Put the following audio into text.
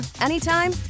anytime